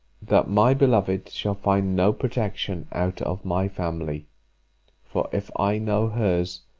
that my beloved shall find no protection out of my family for, if i know hers,